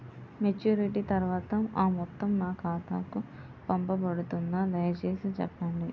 Maturity తర్వాత ఆ మొత్తం నా ఖాతాకు పంపబడుతుందా? దయచేసి చెప్పండి?